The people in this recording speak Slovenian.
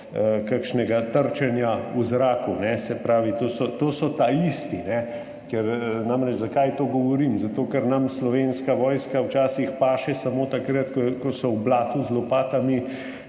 kakšnega trčenja v zraku, se pravi, to so isti. Zakaj namreč to govorim? Zato, ker nam slovenska vojska včasih paše samo takrat, ko so v blatu z lopatami